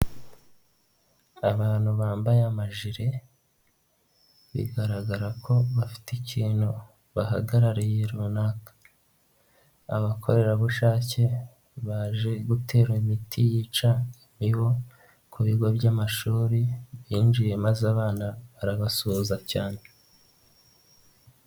Abantu bambaye amajire bigaragara ko bafite ikintu bahagarariye runaka, abakorerabushake baje gutera imiti yica iyo ku bigo by'amashuri binjiye maze abana barabasuhuza cyane.